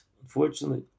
unfortunately